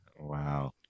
Wow